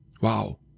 Wow